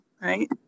right